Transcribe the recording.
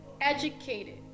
educated